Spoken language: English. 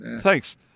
thanks